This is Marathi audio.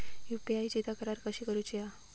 यू.पी.आय ची तक्रार कशी करुची हा?